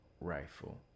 rifle